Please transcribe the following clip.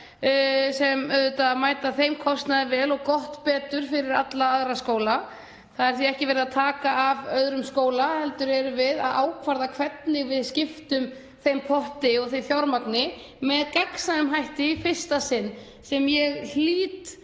auðvitað þeim kostnaði vel og gott betur fyrir alla aðra skóla. Það er því ekki verið að taka af öðrum skólum heldur erum við að ákvarða hvernig við skiptum þeim potti og því fjármagni með gagnsæjum hætti í fyrsta sinn, sem ég hlýt